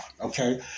okay